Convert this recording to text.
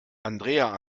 andrea